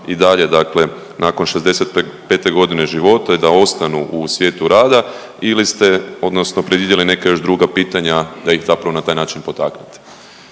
i dalje dakle nakon 65. g. života i da ostanu u svijetu rada ili ste odnosno predvidjeli neka još druga pitanja da ih zapravo na taj način potaknete?